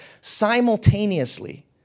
simultaneously